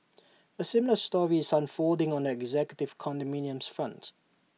A similar story is unfolding on the executive condominiums front